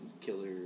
killer